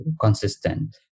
consistent